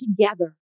together